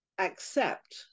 accept